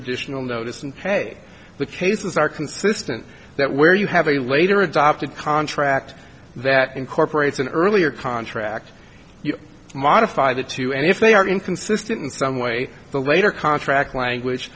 additional notice and hey the cases are consistent that where you have a later adopted contract that incorporates an earlier contract you modify the two and if they are inconsistent in some way the later contract language